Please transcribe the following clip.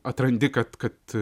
atrandi kad kad